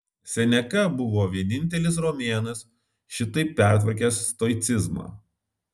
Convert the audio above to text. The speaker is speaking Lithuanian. seneka buvo vienintelis romėnas šitaip pertvarkęs stoicizmą